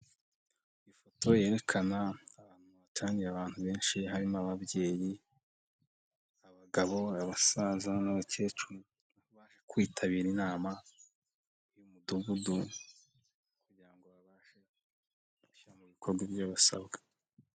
Ifoto yerekana abantu hatangiye abantu benshi, harimo ababyeyi, abagabo, abasaza n'abakecuru baje kwitabira inama y'umudugudu kugira ngo babashe gushyira mu bikorwa ibyo basabwa.